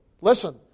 listen